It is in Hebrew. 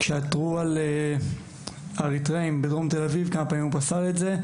כמו כשעתרו כמה פעמים על האריתראים בדרום תל אביב ובג״ץ פסל את זה,